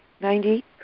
Ninety